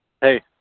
Hey